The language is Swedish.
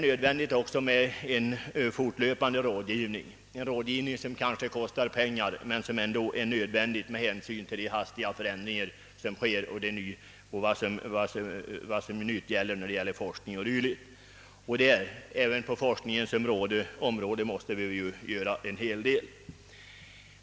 Nödvändig är också en fortlöpande rådgivning — även om den kostar pengar — med hänsyn till de hastiga förändringar som nu äger rum. Även på forskningens område måste vi göra en hel del.